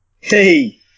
Hey